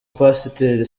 pasiteri